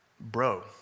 bro